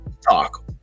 talk